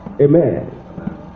Amen